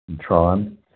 Tron